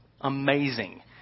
amazing